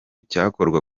cyakorwa